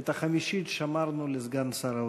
את החמישית שמרנו לסגן שר האוצר.